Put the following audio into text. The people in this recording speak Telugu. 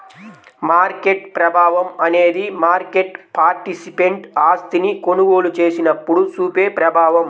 మార్కెట్ ప్రభావం అనేది మార్కెట్ పార్టిసిపెంట్ ఆస్తిని కొనుగోలు చేసినప్పుడు చూపే ప్రభావం